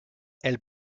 elle